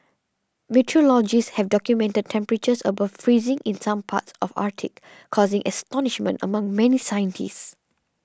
meteorologists have documented temperatures above freezing in some parts of the Arctic causing astonishment among many scientists